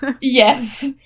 Yes